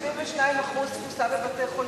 172% תפוסה בבתי-החולים.